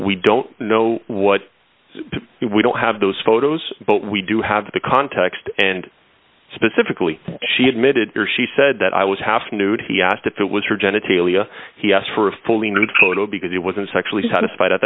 we don't know what we don't have those photos but we do have the context and specifically she admitted she said that i was half nude he asked if it was her genitalia he asked for a fully nude photo because it wasn't sexually satisfied at